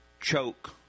choke